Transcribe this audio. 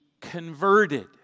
converted